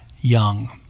young